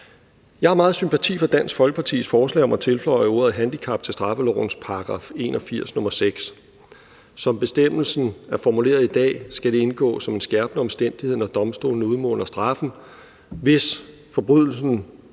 Jeg har meget sympati for Dansk Folkepartis forslag om at tilføje ordet handicap til straffelovens § 81, nr. 6. Som bestemmelsen er formuleret i dag, skal det indgå som en skærpende omstændighed, når domstolene udmåler straffen, hvis forbrydelsen